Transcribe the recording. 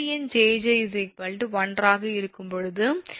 கிளை எண் 𝑗𝑗 1 ஆக இருக்கும்போது 𝑚1 𝐼𝑆 𝑗𝑗 𝑚2 𝐼𝑅 𝑗𝑗 ஆகும்